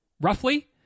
roughly